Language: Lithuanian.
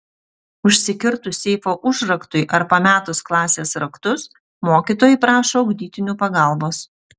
užsikirtus seifo užraktui ar pametus klasės raktus mokytojai prašo ugdytinių pagalbos